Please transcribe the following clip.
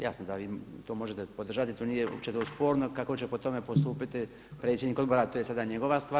Jasno da vi to možete podržati, to nije uopće sporno kako će po tome postupiti predsjednik odbora to je sada njegova stvar.